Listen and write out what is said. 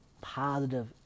positive